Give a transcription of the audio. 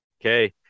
okay